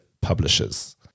publishers